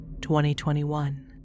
2021